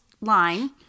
line